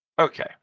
okay